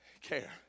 care